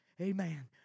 Amen